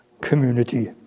community